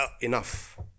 Enough